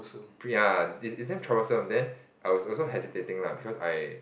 ya is is damn troublesome then I was also hesitating lah because I